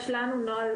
יש לנו נוהל